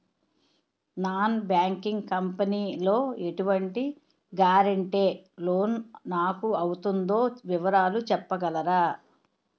Non banking company లో ఎటువంటి guarantee loan నాకు అవుతుందో వివరాలు చెప్పగలరా?